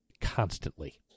constantly